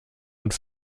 und